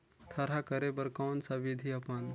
थरहा करे बर कौन सा विधि अपन?